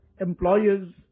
employers